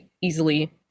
easily